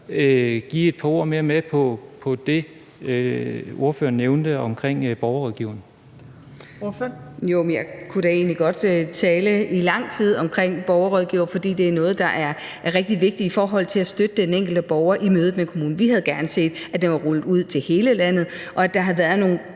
Torp): Ordføreren. Kl. 18:02 Charlotte Broman Mølbæk (SF): Ja, jeg kunne da egentlig godt tale i lang tid om borgerrådgivere, for det er noget, der er rigtig vigtigt i forhold til at støtte den enkelte borger i mødet med kommunen. Vi havde gerne set, at det var rullet ud til hele landet, og at der havde været nogle